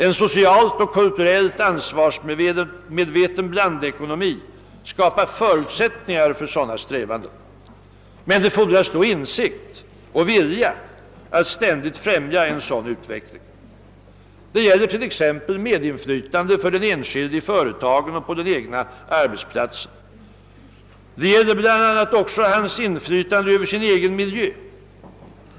En socialt och kulturellt ansvarsmedveten blandekonomi skapar förutsättningar för sådana strävanden, men det fordras då insikt och vilja att ständigt främja en sådan utveckling. Det gäller t.ex. medinflytande för den enskilde i företagen och på den egna arbetsplatsen. Det gäller bl.a. också hans inflytande över sin egen miljö.